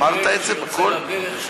שיוצא לדרך,